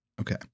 Okay